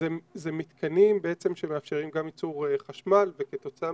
אלה מתקנים בעצם שמאפשרים גם ייצור חשמל וכתוצאה